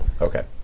Okay